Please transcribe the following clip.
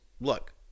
look